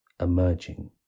emerging